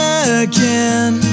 again